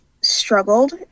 struggled